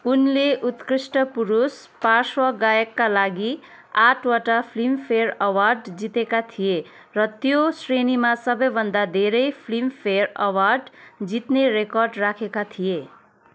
उनले उत्कृष्ट पुरुष पार्श्व गायकका लागि आठवटा फिल्मफेयर अवार्ड जितेका थिए र त्यो श्रेणीमा सबैभन्दा धेरै फिल्मफेयर अवार्ड जित्ने रेकर्ड राखेका थिए